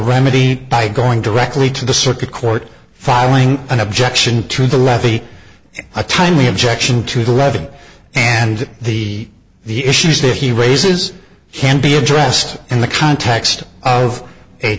remedy by going directly to the circuit court filing an objection to the levy in a timely objection to the reading and the the issues that he raises can be addressed in the context of a